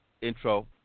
intro